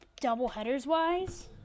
double-headers-wise